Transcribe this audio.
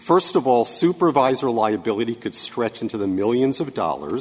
first of all supervisor liability could stretch into the millions of dollars